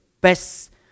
best